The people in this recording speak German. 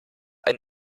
sein